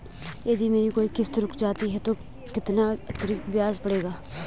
यदि मेरी कोई किश्त रुक जाती है तो कितना अतरिक्त ब्याज पड़ेगा?